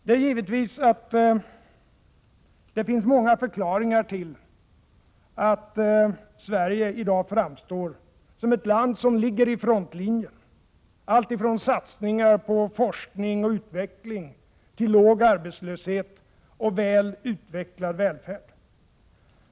Det finns givetvis många förklaringar till att Sverige framstår i dag som ett land som ligger i frontlinjen, alltifrån satsningar på forskning och utveckling till låg arbetslöshet och väl utvecklad välfärd.